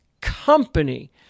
company